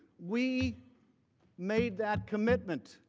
we made that commitment.